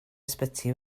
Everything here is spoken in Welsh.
ysbyty